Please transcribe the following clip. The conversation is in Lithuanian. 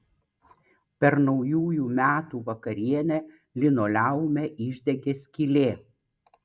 per naujųjų metų vakarienę linoleume išdegė skylė